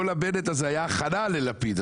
כל הבנט הזה היה הכנה ללפיד,